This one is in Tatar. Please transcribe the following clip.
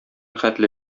хәтле